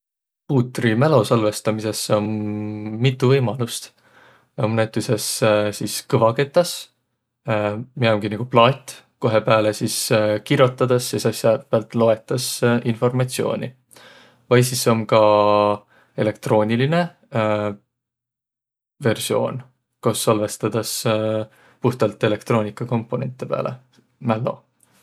Puutri mälo salvõstamisõs om mitu võimalust. Om näütüses sis kõvaketas, miä omgi nigu plaat, kohe pääle sis kirotõdas ja sis säält päält loetas informatsiooni. Vai sis om ka elektroonilinõ versioon, kos salvõstõdas puhtalt elektroonigakomponente pääle.